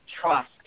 trust